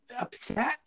upset